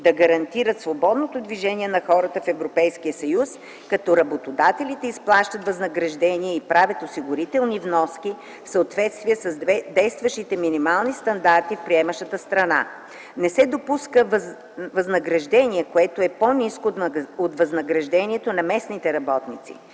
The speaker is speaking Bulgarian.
да гарантират свободното движение на хора в Европейския съюз, като работодателите изплащат възнаграждение и правят осигурителни вноски в съответствие с действащите минимални стандарти в приемащата страна. Не се допуска възнаграждение, което е по-ниско от възнаграждението на местните работници.